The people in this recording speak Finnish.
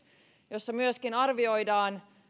jossa myöskin arvioidaan